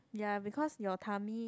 ya because your tummy